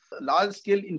large-scale